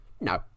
no